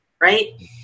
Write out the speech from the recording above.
Right